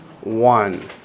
One